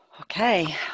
Okay